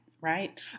right